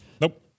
Nope